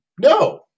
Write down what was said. No